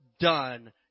done